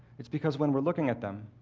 it's because when we're looking at them,